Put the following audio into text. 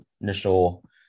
initial